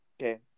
okay